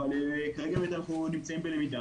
אבל כרגע אנחנו נמצאים בלמידה,